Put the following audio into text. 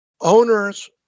Owners